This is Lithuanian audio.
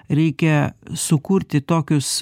reikia sukurti tokius